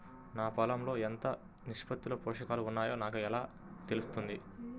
నా పొలం లో ఎంత నిష్పత్తిలో పోషకాలు వున్నాయో నాకు ఎలా తెలుస్తుంది?